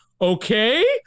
Okay